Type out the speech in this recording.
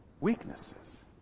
weaknesses